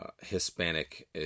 Hispanic